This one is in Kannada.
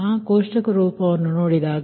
ಆ ಕೋಷ್ಟಕ ರೂಪವನ್ನು ನೋಡಿದಾಗ